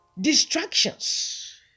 distractions